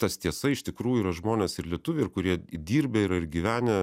tas tiesa iš tikrųjų yra žmonės ir lietuviai ir kurie dirbę yra ir gyvenę